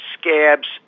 scabs